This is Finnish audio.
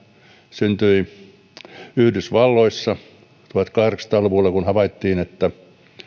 syntyi yhdysvalloissa tuhatkahdeksansataa luvulla kun havaittiin että